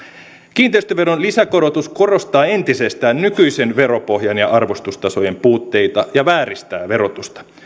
kiinteistöveron lisäkorotus korostaa entisestään nykyisen veropohjan ja arvostustasojen puutteita ja vääristää verotusta